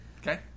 Okay